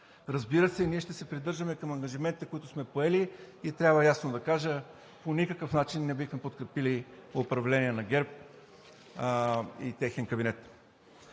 Разбира се, ние ще се придържаме към ангажиментите, които сме поели, и трябва ясно да кажа: по никакъв начин не бихме подкрепили управление на ГЕРБ-СДС и техен кабинет.